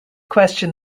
question